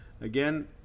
again